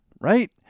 right